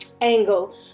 angle